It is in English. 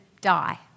die